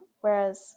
Whereas